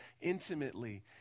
intimately